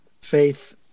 Faith